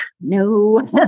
no